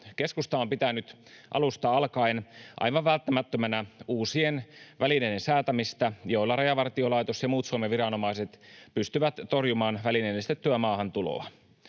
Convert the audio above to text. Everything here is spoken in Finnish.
Keskusta on pitänyt alusta alkaen aivan välttämättömänä uusien välineiden säätämistä, joilla Rajavartiolaitos ja muut Suomen viranomaiset pystyvät torjumaan välineellistettyä maahantuloa.